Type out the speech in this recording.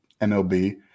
MLB